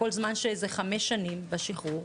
כל זמן שזה חמש שנים לשחרור,